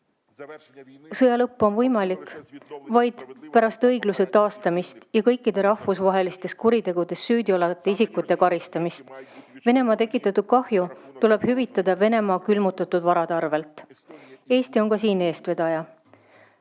Sõja lõpp on võimalik vaid pärast õigluse taastamist ja kõikide rahvusvahelistes kuritegudes süüdi olevate isikute karistamist. Venemaa tekitatud kahju tuleb hüvitada Venemaa külmutatud varade arvelt. Eesti on ka siin eestvedaja.